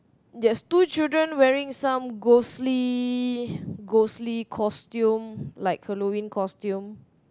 there's two children wearing some ghostly ghostly costume like Halloween costume